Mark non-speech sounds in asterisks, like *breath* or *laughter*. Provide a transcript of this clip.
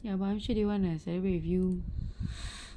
ya but I'm sure they want to celebrate with you *breath*